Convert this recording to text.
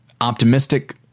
optimistic